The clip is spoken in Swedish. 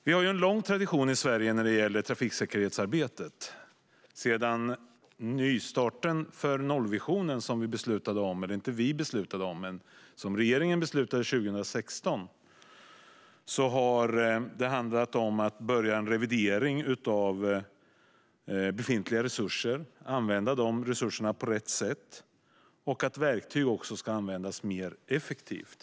Vi har en lång tradition med trafiksäkerhetsarbete i Sverige. Sedan nystarten för nollvisionen, som regeringen beslutade om 2016, har det påbörjats en revidering av befintliga resurser och ett arbete med att de ska användas på rätt sätt. Verktyg ska också användas mer effektivt.